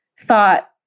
thought